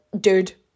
dude